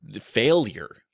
failure